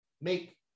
make